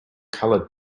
colored